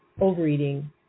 overeating